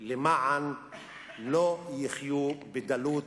למען לא יחיו בדלות,